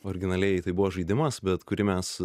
originaliai tai buvo žaidimas bet kurį mes